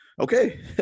Okay